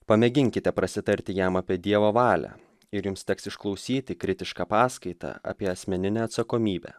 pamėginkite prasitarti jam apie dievo valią ir jums teks išklausyti kritišką paskaitą apie asmeninę atsakomybę